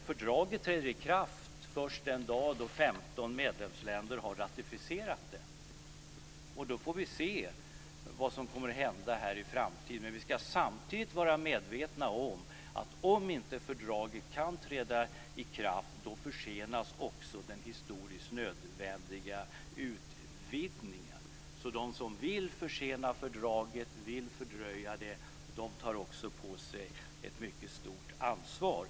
Fördraget träder i kraft först den dag som 15 medlemsländer har ratificerat det. Då får vi se vad som kommer att hända i framtiden. Men vi ska samtidigt vara medvetna om att om fördraget inte kan träda i kraft försenas också den historiskt nödvändiga utvidgningen. Så de som vill fördröja fördraget tar också på sig ett mycket stort ansvar.